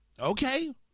Okay